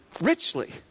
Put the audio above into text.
richly